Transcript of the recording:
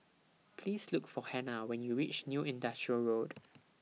Please Look For Hannah when YOU REACH New Industrial Road